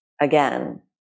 again